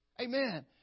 Amen